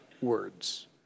words